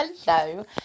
Hello